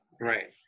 right